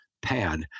pad